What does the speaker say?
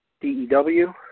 DEW